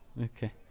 Okay